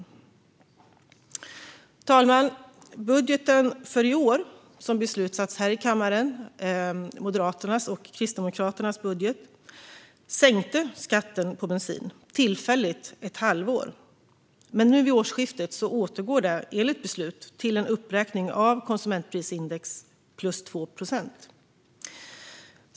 Fru talman! Budgeten för i år, som beslutades här i kammaren av Moderaterna och Kristdemokraterna, sänkte skatten på bensin tillfälligt, ett halvår, men nu vid årsskiftet återgår det enligt beslut till en uppräkning av konsumentprisindex plus 2 procent.